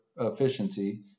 efficiency